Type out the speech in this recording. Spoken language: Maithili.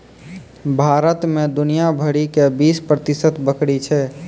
भारत मे दुनिया भरि के बीस प्रतिशत बकरी छै